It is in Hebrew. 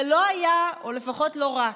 זה לא היה, או לפחות לא היה רק,